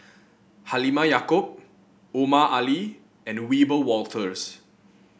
Halimah Yacob Omar Ali and Wiebe Wolters